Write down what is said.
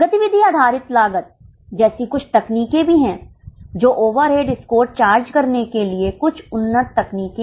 गति विधि आधारित लागत जैसी कुछ तकनीकें भी हैं जो ओवर हेड स्कोर चार्ज करने के लिए कुछ उन्नत तकनीकें हैं